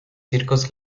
circos